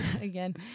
Again